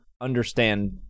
understand